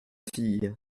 fille